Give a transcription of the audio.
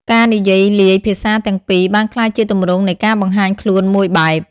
ការនិយាយលាយភាសាទាំងពីរបានក្លាយជាទម្រង់នៃការបង្ហាញខ្លួនមួយបែប។